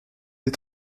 des